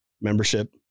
Membership